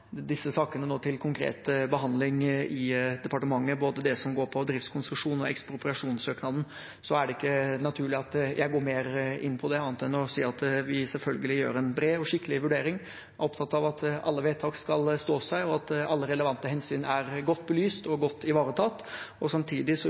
disse sakene til konkret behandling i departementet, både det som går på driftskonsesjon og ekspropriasjonssøknaden, er det ikke naturlig at jeg går mer inn på det, annet enn å si at vi selvfølgelig gjør en bred og skikkelig vurdering. Vi er opptatt av at alle vedtak skal stå seg, og at alle relevante hensyn er godt belyst